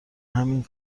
همین